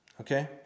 okay